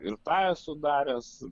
ir tą esu daręs